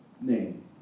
name